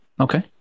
okay